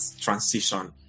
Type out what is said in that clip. transition